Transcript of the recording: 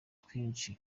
twinshi